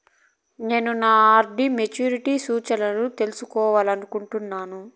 నేను నా RD maturity సూచనలను తెలుసుకోవాలనుకుంటున్నాను